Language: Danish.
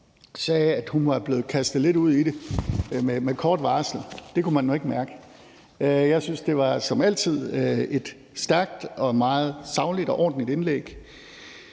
sagde, at hun lidt var blevet kastet ud i det med meget kort varsel. Det kunne man nu ikke mærke. Jeg synes, at det som altid var et stærkt og meget sagligt og ordentligt indlæg,